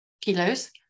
kilos